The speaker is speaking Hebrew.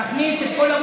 תכניס את כל,